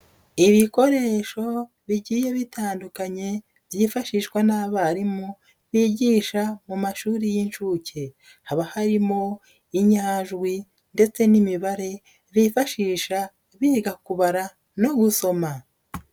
Ibikoresho bigiye bitandukanye byifashishwa n'abarimu bigisha mu mashuri y'inshuke, haba harimo inyajwi ndetse n'imibare bifashisha biga kubara no gusoma.